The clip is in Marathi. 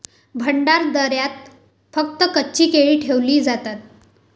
भंडारदऱ्यात फक्त कच्ची केळी ठेवली जातात